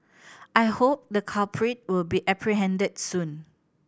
I hope the culprit will be apprehended soon